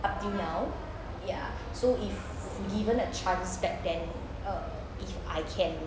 up till now ya so if given a chance back then uh if I can